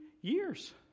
years